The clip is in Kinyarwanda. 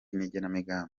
n’igenamigambi